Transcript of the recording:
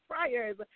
prayers